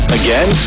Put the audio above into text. again